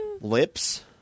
lips